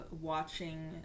watching